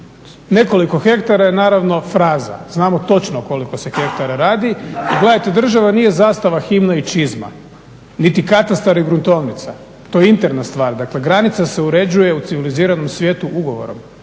Nekoliko hektara je naravno fraza, znamo točno o koliko se hektara radi. I gledajte država nije zastava, himna i čizma, niti katastar i gruntovnica, to je interna stvar, dakle granica se uređuje u civiliziranom svijetu ugovorom.